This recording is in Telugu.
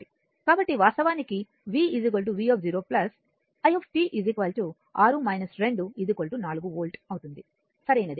కాబట్టి వాస్తవానికి v v0 i 6 2 4 వోల్ట్ అవుతుంది సరైనది